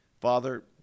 Father